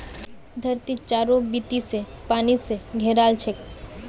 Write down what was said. धरती चारों बीती स पानी स घेराल छेक